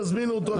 תזמינו אותו.